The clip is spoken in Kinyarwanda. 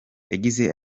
yagize